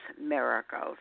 miracles